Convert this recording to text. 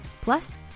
plus